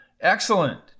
Excellent